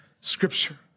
scripture